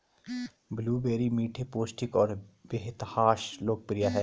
blueberry मीठे, पौष्टिक और बेतहाशा लोकप्रिय हैं